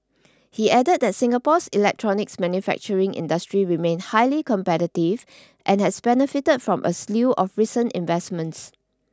he added that Singapore's electronics manufacturing industry remained highly competitive and has benefited from a slew of recent investments